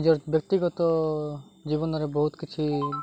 ନିଜର ବ୍ୟକ୍ତିଗତ ଜୀବନରେ ବହୁତ କିଛି